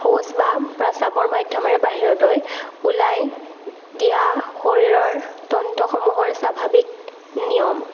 শৌচ বা প্ৰস্ৰাৱৰ মাধ্যমেৰে বাহিৰলৈ ওলাই দিয়া শৰীৰৰ তন্ত্ৰসমূহৰ স্বাভাৱিক নিয়ম